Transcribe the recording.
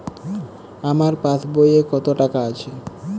আমার পাসবই এ কত টাকা আছে?